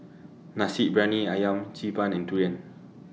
Nasi Briyani Ayam Xi Ban and Durian